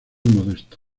modesto